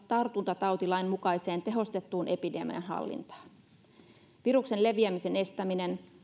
tartuntatautilain mukaiseen tehostettuun epidemian hallintaan viruksen leviämisen estäminen